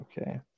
Okay